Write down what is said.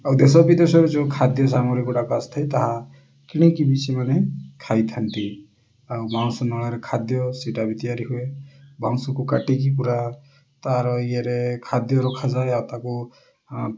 ଆଉ ଦେଶ ବିଦେଶରେ ଯେଉଁ ଖାଦ୍ୟ ସାମଗ୍ରୀ ଗୁଡ଼ାକ ଆସିଥାଏ ତାହା କିଣିକି ବି ସେମାନେ ଖାଇଥାନ୍ତି ଆଉ ବାଉଁଶ ନଳରେ ଖାଦ୍ୟ ସେଇଟା ବି ତିଆରି ହୁଏ ବାଉଁଶକୁ କାଟିକି ପୁରା ତାର ଇଏରେ ଖାଦ୍ୟ ରଖାଯାଏ ଆଉ ତାକୁ ହଁ